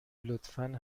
لطفا